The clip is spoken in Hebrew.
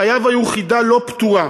חייו היו חידה לא פתורה.